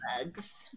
Bugs